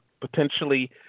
potentially